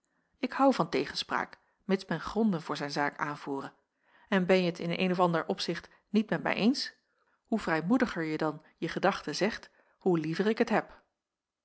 ik hou van tegenspraak mids men gronden voor zijn zaak aanvoere en benje t in een of ander opzicht niet met mij jacob van ennep laasje evenster hoe vrijmoediger je dan je gedachte zegt hoe liever ik t heb